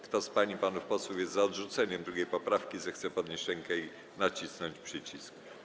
Kto z pań i panów posłów jest za odrzuceniem 2. poprawki, zechce podnieść rękę i nacisnąć przycisk.